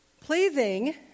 pleasing